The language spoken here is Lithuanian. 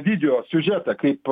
video siužetą kaip